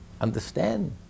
Understand